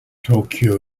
tokyo